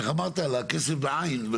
איך אמרת, על הכסף בעין.